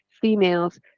females